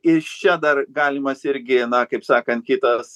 iš čia dar galimas irgi na kaip sakant kitas